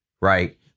Right